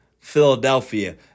Philadelphia